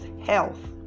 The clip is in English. health